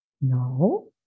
No